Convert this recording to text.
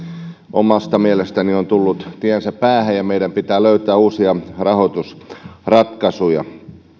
omasta mielestäni on tullut tiensä päähän ja meidän pitää löytää uusia rahoitusratkaisuja